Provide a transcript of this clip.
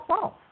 false